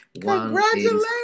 Congratulations